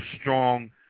strong